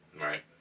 Right